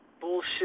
bullshit